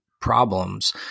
problems